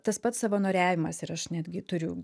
tas pats savanoriavimas ir aš netgi turiu